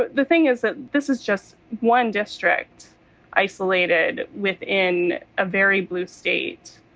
but the thing is that this is just one district isolated within a very blue state.